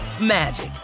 magic